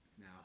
now